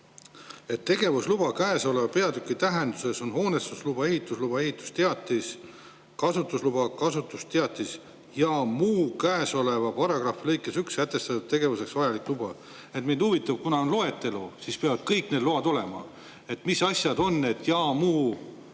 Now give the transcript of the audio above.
et tegevusluba käesoleva peatüki tähenduses on hoonestusluba, ehitusluba, ehitusteatis, kasutusluba, kasutusteatis ja muu käesoleva paragrahvi lõikes 1 sätestatud tegevuseks vajalik luba. Mind huvitab – kuna on loetelu, siis peavad kõik need load olema –, mis asi on see "ja muu